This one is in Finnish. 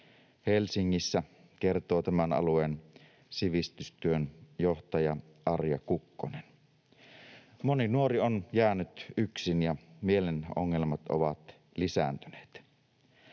Helsingissä, kertoo tämän alueen sivistystyön johtaja Arja Kukkonen. Moni nuori on jäänyt yksin, ja mielen ongelmat ovat lisääntyneet.